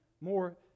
More